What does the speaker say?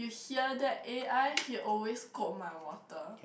you hear that a_i he always kope my water